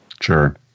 Sure